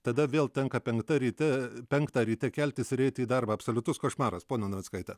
tada vėl tenka penkta ryte penktą ryte keltis ir eiti į darbą absoliutus košmaras ponia navickaite